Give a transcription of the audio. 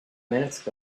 minutes